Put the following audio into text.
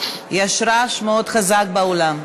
יש רעש מאוד חזק באולם.